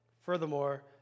Furthermore